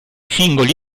singoli